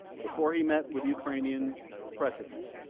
before he met with ukrainian president.